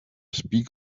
speak